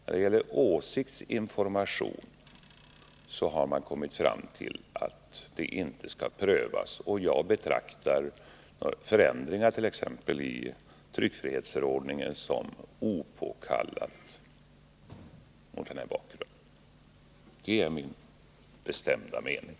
När det gäller åsiktsinformation har man kommit fram till att det inte skall prövas, och jag betraktar förändringart.ex. i tryckfrihetsförordningen som opåkallade mot den här bakgrunden. Det är min bestämda mening.